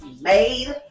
made